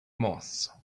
moss